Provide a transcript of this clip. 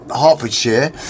Hertfordshire